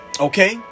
Okay